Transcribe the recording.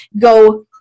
go